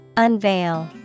Unveil